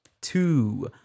two